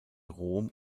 rom